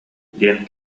диэн